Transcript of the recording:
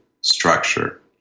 structure